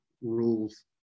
rules